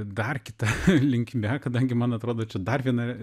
dar kita linkme kadangi man atrodo čia dar viena